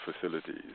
facilities